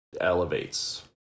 elevates